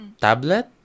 tablet